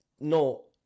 No